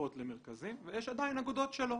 שמצטרפות למרכזים ויש עדיין אגודות שלא,